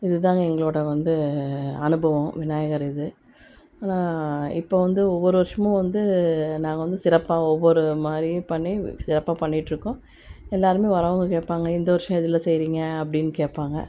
இதுதாங்க எங்களோட வந்து அனுபவம் விநாயகர் இது அப்புறம் இப்போ வந்து ஒவ்வொரு வருஷமும் வந்து நாங்கள் வந்து சிறப்பாக ஒவ்வொரு மாதிரி பண்ணி சிறப்பாக பண்ணிகிட்ருக்கோம் எல்லோருமே வர்றவங்க கேட்பாங்க இந்த வருஷம் எதில் செய்வீங்க அப்டின்னு கேட்பாங்க